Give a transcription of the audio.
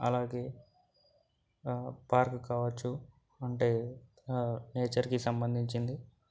అలాగే పార్కు కావచ్చు అంటే నేచర్కి సంబంధించింది